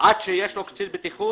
עד שיש לו קצין בטיחות,